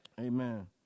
Amen